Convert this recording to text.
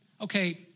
Okay